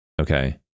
okay